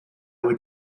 would